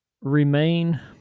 remain